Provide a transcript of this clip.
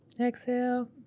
Exhale